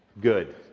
Good